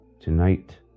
Tonight